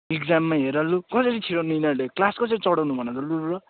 एक्जाममा हेर लु कसरी छिराउनु यिनीहरूले क्लास कसरी चढाउनु भन त लु ब्रो